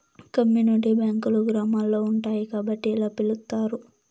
community బ్యాంకులు గ్రామాల్లో ఉంటాయి కాబట్టి ఇలా పిలుత్తారు